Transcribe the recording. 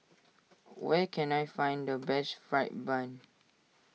where can I find the best Fried Bun